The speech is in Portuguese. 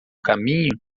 caminho